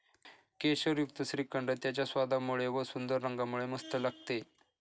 केशरयुक्त श्रीखंड त्याच्या स्वादामुळे व व सुंदर रंगामुळे मस्त लागते